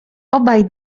obaj